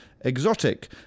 Exotic